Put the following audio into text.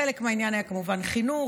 חלק מהעניין היה כמובן חינוך,